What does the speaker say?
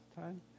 time